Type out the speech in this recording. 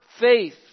faith